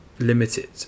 limited